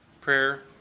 prayer